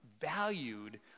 valued